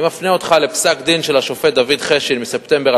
אני מפנה אותך לפסק-דין של השופט דוד חשין מספטמבר